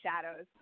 shadows